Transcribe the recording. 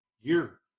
year